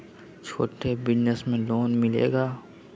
छोटा बिजनस में लोन मिलेगा?